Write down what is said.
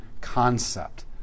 concept